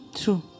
True